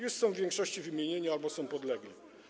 Już są w większości wymienieni albo są podlegli.